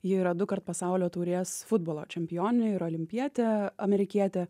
ji yra dukart pasaulio taurės futbolo čempionė ir olimpietė amerikietė